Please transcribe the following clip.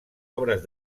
obres